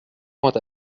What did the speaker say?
pointe